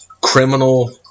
criminal